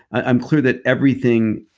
i'm clear that everything,